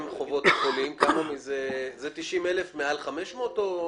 זה 90,000 שקל מעל 500 שקל?